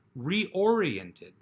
reoriented